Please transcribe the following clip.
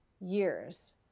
years